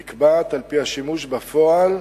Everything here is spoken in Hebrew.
נקבעת על-פי השימוש בפועל.